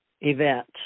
Event